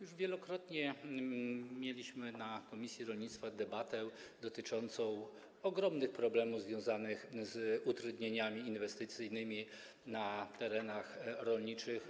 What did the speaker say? Już wielokrotnie mieliśmy na posiedzeniu komisji rolnictwa debatę dotyczącą ogromnych problemów związanych z utrudnieniami inwestycyjnymi na terenach rolniczych.